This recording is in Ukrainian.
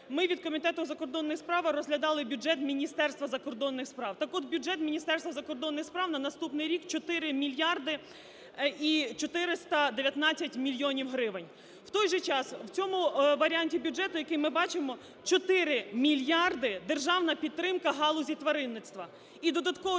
ми від Комітету у закордонних справах розглядали бюджет Міністерства закордонних справ. Так от, бюджет Міністерства закордонних справ на наступний рік – 4 мільярди і 419 мільйонів гривень. В той же час в цьому варіанті бюджету, який ми бачимо, 4 мільярди - державна підтримка галузі тваринництва